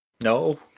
no